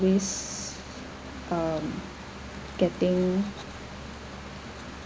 always um getting